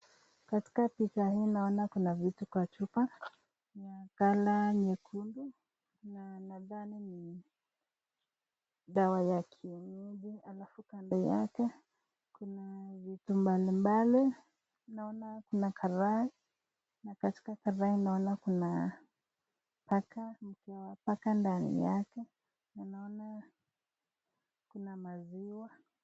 Katika picha hii naona kuna vitu kwa chupa ya color nyekundu na nadani ni dawa ya kienyeji alafu kando yake kuna vitu mbalimbali naona kuna karai na katika karai naona kuna paka mkia wa paka ndani yake na ninaona kuna maziwa.